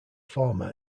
former